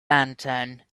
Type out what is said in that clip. lantern